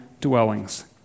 dwellings